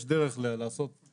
יש דרך להסדיר.